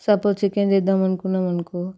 suppose chicken చేద్దామనుకున్నామనుకో